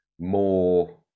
more